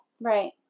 Right